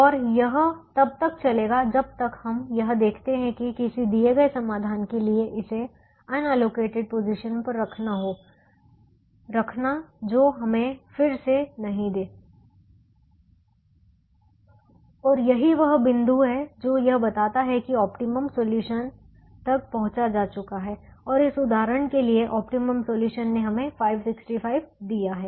और यह तब तक चलेगा जब तक हम यह देखते हैं कि किसी दिए गए समाधान के लिए इसे अनएलोकेटेड पोजीशन पर रखना जो हमें फिर से नहीं दे और यही वह बिंदु है जो यह बताता है कि ऑप्टिमम सॉल्यूशन तक पहुंचा जा चुका है और इस उदाहरण के लिए ऑप्टिमम सॉल्यूशन ने हमें 565 दिया है